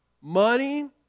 money